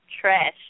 Trash